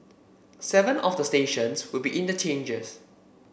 seven of the stations will be interchanges